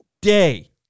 day